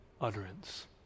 utterance